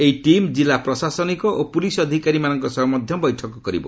ଏହି ଟିମ୍ କିଲ୍ଲ ପ୍ରଶାସନିକ ଓ ପୁଲିସ୍ ଅଧିକାରୀମାନଙ୍କ ସହ ବୈଠକ ମଧ୍ୟ କରିବ